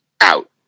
out